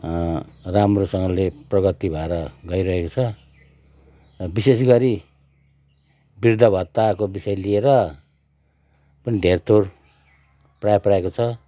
राम्रो सँगले प्रगति भएर गइरहेछ बिशेष गरी बृद्ध भत्ताको बिषय लिएर पनि धेरथोर प्रायः प्रायःको छ